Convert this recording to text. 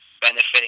benefiting